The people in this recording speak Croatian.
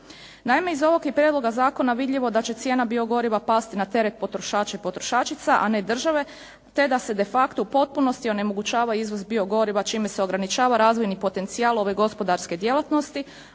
Naime, iz ovog je prijedloga zakona vidljivo da će cijena biogoriva pasti na teret potrošača i potrošačica a ne države te da se de facto u potpuno onemogućava izvoz biogoriva čime se ograničava razvojni potencijal ove gospodarske djelatnosti